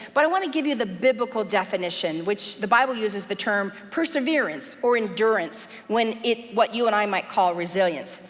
but i want to give you the biblical definition, which the bible uses the term perseverance, or endurance, when what you and i might call resilience.